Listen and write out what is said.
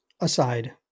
aside